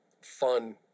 fun